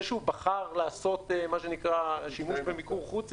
זה שהוא בחר לעשות שימוש במיקור חוץ,